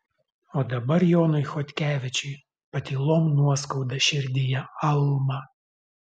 o dabar jonui chodkevičiui patylom nuoskauda širdyje alma